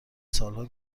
سالها